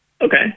Okay